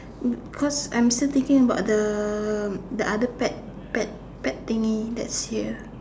cause I'm still thinking about the the other pad pad pad thingy that's here